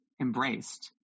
embraced